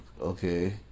okay